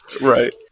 Right